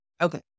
Okay